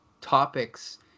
topics